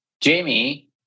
Jamie